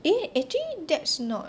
eh actually that's not